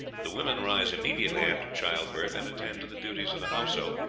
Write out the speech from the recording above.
the women rise immediately after childbirth and attend to the duties of the household,